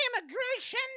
Immigration